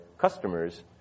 customers